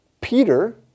Peter